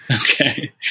Okay